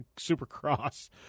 Supercross